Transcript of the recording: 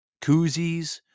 koozies